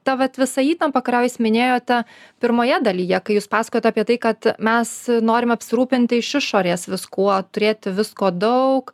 ta vat visa įtampa kurią jūs minėjote pirmoje dalyje kai jūs pasakojot apie tai kad mes norim apsirūpinti iš išorės viskuo turėti visko daug